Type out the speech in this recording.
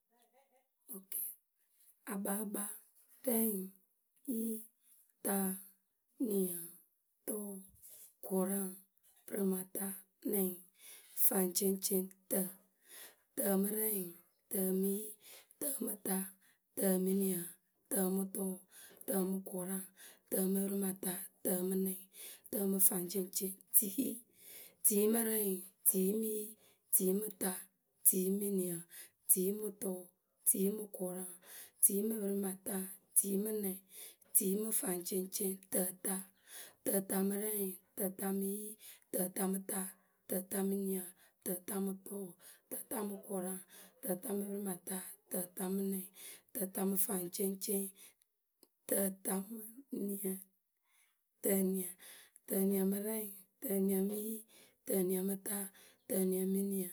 Okée, akpaakpa, rɛŋ, yi, ta, niǝ, tʊʊ, kʊraŋ, pǝrɩmata, nɛŋ, faŋceŋceŋ, tǝ mɨ rɛŋ, tǝ mɨ yi, tǝ mɨ ta, tǝ mɨ niǝ, tǝ mɨ tʊʊ, tǝ mɨ kʊraŋ, tǝ mɨ pǝrɩmata, tǝ mɨ nɛŋ, tǝ mɨ faŋceŋceŋ, tiyi, tiyi mɨ rɛŋ, tiyi mɨ yi, tiyi mɨ ta, tiyi mɨ niǝ, tiyi mɨ tʊʊ, tiyi mɨ kʊraŋ, tiyi mɨ pǝrɩmata, tiyi mɨ nɛŋ, tiyi mɨ faŋceŋceŋ, tǝta, tǝta mɨ rɛŋ, tǝta mɨ yi, tǝta mɨ ta, tǝta, mɨ niǝ, tǝta mɨ tʊʊ, tǝta mɨ kʊraŋ, tǝta mɨ pǝrɩmata, tǝta mɨ nɛŋ, tǝta mɨ faŋceŋceŋ, tǝta mɨ niǝ, tǝniǝ, tǝniǝ mɨ rɛŋ, tǝniǝ mɨ rɛŋ, tǝniǝ mɨ yi, tǝniǝ mɨ ta, tǝniǝ mɨ niǝ,